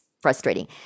frustrating